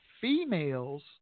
females